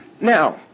Now